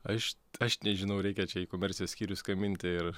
aš aš nežinau reikia čia į komercijos skyrių skambinti ir